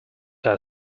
are